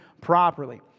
properly